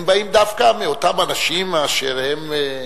הם באים דווקא מאותם אנשים אשר הם,